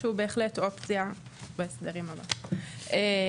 שהוא בהחלט אופציה בהסדרים הבאים.